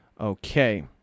Okay